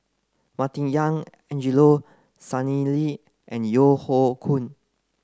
Martin Yan Angelo Sanelli and Yeo Hoe Koon